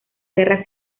guerra